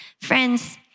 Friends